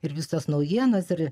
ir visos naujienos ir